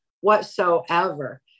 whatsoever